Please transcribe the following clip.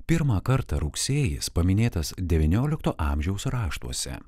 pirmą kartą rugsėjis paminėtas devyniolikto amžiaus raštuose